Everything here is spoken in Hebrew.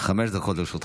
חמש דקות לרשותך.